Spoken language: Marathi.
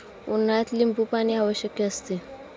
उन्हाळ्यात लिंबूपाणी आवश्यक असते